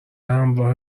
همراه